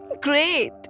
Great